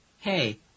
Hey